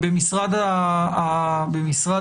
במשרד